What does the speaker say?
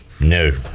no